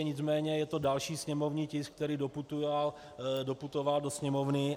Nicméně je to další sněmovní tisk, který doputoval do Sněmovny.